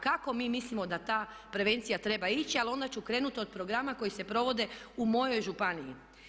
Kako mi mislimo da ta prevencija treba ići, a onda ću krenut od programa koji se provode u mojoj županiji.